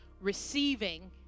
receiving